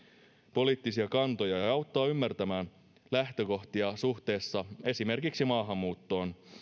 poliittisia kantoja ja auttaa ymmärtämään lähtökohtia suhteessa esimerkiksi maahanmuuttoon